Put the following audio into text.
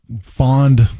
Fond